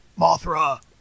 Mothra